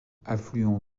affluent